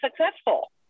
successful